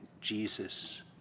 Jesus